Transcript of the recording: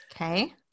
Okay